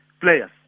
players